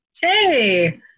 hey